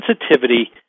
Sensitivity